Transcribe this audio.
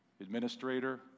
administrator